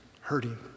hurting